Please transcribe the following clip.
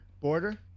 Border